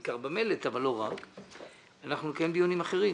בעיקר במלט אבל לא רק -אנחנו נקיים דיונים אחרים.